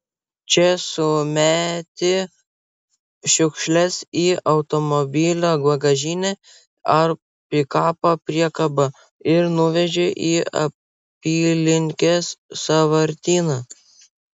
čia sumeti šiukšles į automobilio bagažinę ar pikapo priekabą ir nuveži į apylinkės sąvartyną